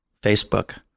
Facebook